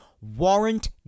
Warrant